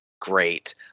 great